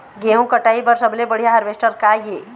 गेहूं कटाई बर सबले बढ़िया हारवेस्टर का ये?